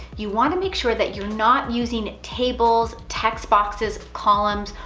you want to make sure that you're not using tables, text boxes, columns,